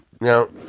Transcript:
Now